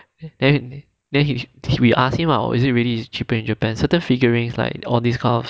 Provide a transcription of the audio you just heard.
then then he we ask him lah oh is it really is cheaper in japan those figurines like all these kind of